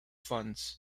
funds